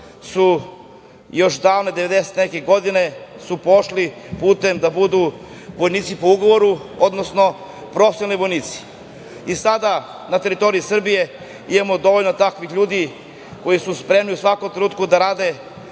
i neke godine su pošli putem da budu vojnici po ugovoru, odnosno profesionalni vojnici. Sada na teritoriji Srbije imamo dovoljno takvih ljudi koji su spremni u svakom trenutku da rade